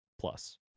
plus